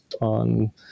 on